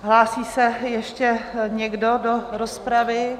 Hlásí se ještě někdo do rozpravy?